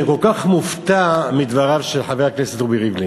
אני כל כך מופתע מדבריו של חבר הכנסת רובי ריבלין.